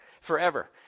forever